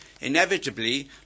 inevitably